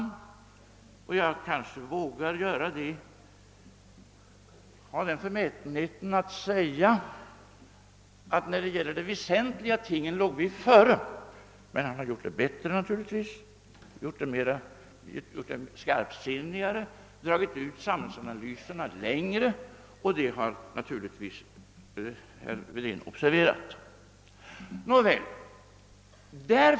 Jag kanske vågar vara förmäten nog att säga att vi när det gäller de väsentliga tingen låg före. Men han har naturligtvis framställt det bättre och skarpsinnigare och dragit ut samhällsanalyserna längre, och detta har naturligtvis herr Wedén observerat.